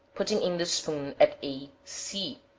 putting in the spoon at a, c,